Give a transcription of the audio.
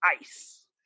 ice